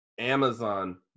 Amazon